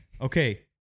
Okay